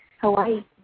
Hawaii